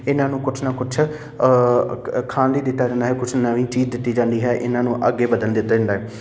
ਇਹਨਾਂ ਨੂੰ ਕੁਛ ਨਾ ਕੁਛ ਖਾਣ ਲਈ ਦਿੱਤਾ ਜਾਂਦਾ ਹੈ ਕੁਛ ਨਵੀਂ ਚੀਜ਼ ਦਿੱਤੀ ਜਾਂਦੀ ਹੈ ਇਹਨਾਂ ਨੂੰ ਅੱਗੇ ਵਧਣ ਦਿੱਤਾ ਜਾਂਦਾ ਹੈ